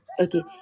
Okay